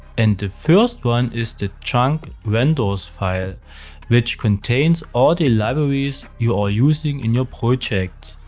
and the first one is the chunk-vendors file, which contains all the libraries you are using in your project.